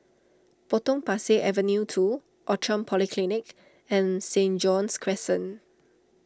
Potong Pasir Avenue two Outram Polyclinic and Saint John's Crescent